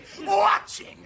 watching